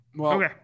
Okay